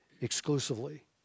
exclusively